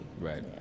Right